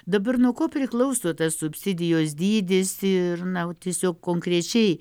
dabar nuo ko priklauso tas subsidijos dydis ir na o tiesiog konkrečiai